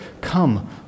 Come